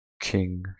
king